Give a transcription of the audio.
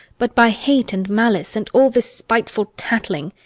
but by hate and malice and all this spiteful tattling.